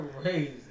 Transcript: Crazy